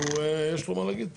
אבל הוא יש לו מה להגיד פה.